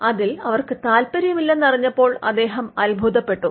അതിൽ അവർക്ക് താൽപ്പര്യമില്ലെന്ന് അറിഞ്ഞപ്പോൾ അദ്ദേഹം അത്ഭുതപ്പെട്ടു